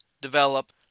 develop